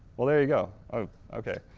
well there you go, oh okay!